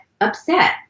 upset